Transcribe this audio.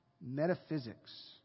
metaphysics